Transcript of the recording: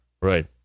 Right